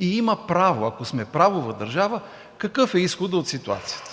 и има право. Ако сме правова държава, какъв е изходът от ситуацията?